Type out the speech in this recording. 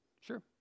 Sure